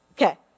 Okay